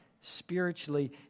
spiritually